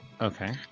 Okay